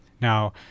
Now